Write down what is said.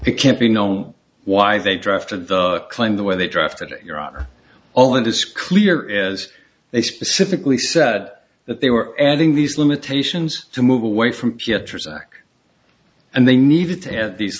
it can't be known why they drafted the claim the way they drafted it your honor all it is clear is they specifically said that they were adding these limitations to move away from and they needed to have these